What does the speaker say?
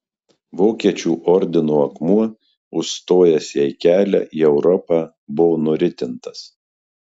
vokiečių ordino akmuo užstojęs jai kelią į europą buvo nuritintas